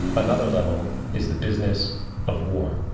another level is the business of war.